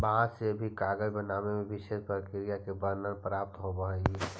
बाँस से भी कागज बनावे के विशेष प्रक्रिया के वर्णन प्राप्त होवऽ हई